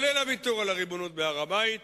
בכלל זה הוויתור על הריבונות בהר-הבית,